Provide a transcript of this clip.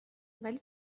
ولی